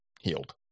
healed